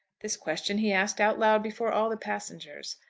this question he asked out loud, before all the passengers.